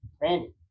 Randy